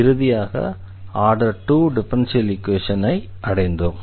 இறுதியாக order 2 differential ஈக்வேஷனை அடைந்தோம்